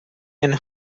and